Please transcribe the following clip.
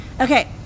Okay